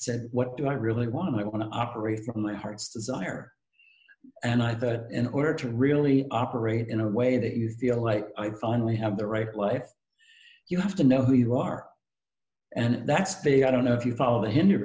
said what do i really want to operate my heart's desire and i thought in order to really operate in a way that you feel like i finally have the right life you have to know who you are and that's big i don't know if you follow